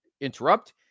interrupt